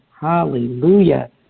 Hallelujah